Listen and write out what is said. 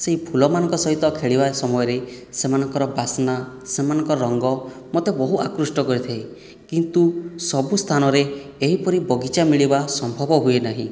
ସେହି ଫୁଲମାନଙ୍କ ସହିତ ଖେଳିବା ସମୟରେ ସେମାନଙ୍କର ବାସ୍ନା ସେମାନଙ୍କ ରଙ୍ଗ ମୋତେ ବହୁ ଆକୃଷ୍ଟ କରିଥାଏ କିନ୍ତୁ ସବୁ ସ୍ଥାନରେ ଏହିପରି ବଗିଚା ମିଳିବା ସମ୍ଭବ ହୁଏନାହିଁ